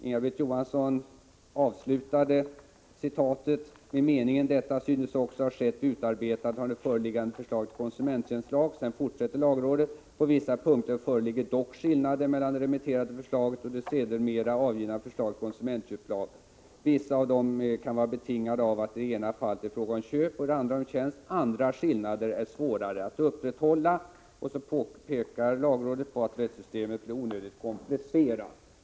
Inga-Britt Johansson avslutade citatet ur lagrådets yttrande med meningen: ”Detta synes också ha skett vid utarbetandet av det föreliggande förslaget till konsumenttjänstlag.” Lagrådet fortsätter: ”På vissa punkter föreligger dock skillnader mellan det remitterade förslaget och det sedermera av konsumentköpsutredningen avgivna förslaget till konsumentköplag. Vissa av dem kan vara betingade av att det i ena fallet är fråga om köp och i det andra om tjänst. Andra skillnader är svårare att upprätthålla.” Därefter påpekar lagrådet att rättssystemet är onödigt komplicerat.